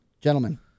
Gentlemen